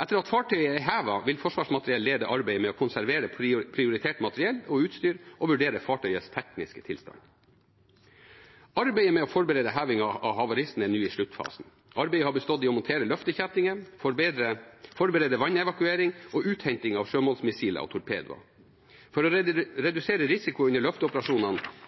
Etter at fartøyet er hevet, vil Forsvarsmateriell lede arbeidet med å konservere prioritert materiell og utstyr og vurdere fartøyets tekniske tilstand. Arbeidet med å forberede hevingen av havaristen er nå i sluttfasen. Arbeidet har bestått i å montere løftekjettinger, forberede vannevakuering og uthenting av sjømålsmissiler og torpedoer. For å redusere risiko under